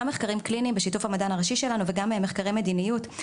גם מחקרים קליניים בשיתוף המדען הראשי שלנו וגם מחקרי מדיניות.